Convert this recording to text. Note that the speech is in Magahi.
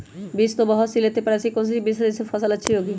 बीज तो बहुत सी लेते हैं पर ऐसी कौन सी बिज जिससे फसल अच्छी होगी?